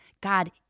God